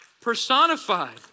personified